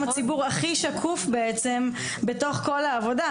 הציבור הכי שקוף בעצם בתוך כל העבודה.